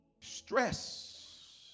Stress